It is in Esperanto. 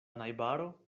najbaro